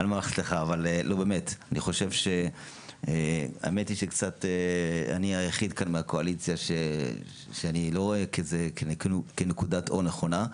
אבל אני כאן היחידי מהקואליציה ואני לא רואה את זה כנקודת אור נכונה.